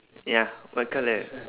ya what colour